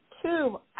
Two